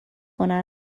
کنن